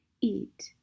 Eat